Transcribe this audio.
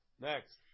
Next